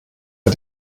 für